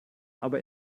aber